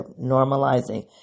normalizing